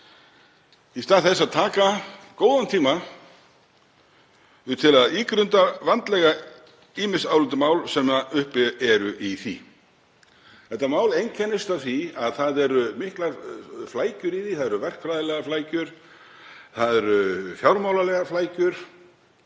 í stað þess að taka góðan tíma til að ígrunda vandlega ýmis álitamál sem uppi eru í því. Þetta mál einkennist af miklum flækjum, það eru verkfræðilegar flækjur, það eru fjármálalegar flækjur,